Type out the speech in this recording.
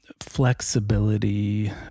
flexibility